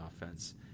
offense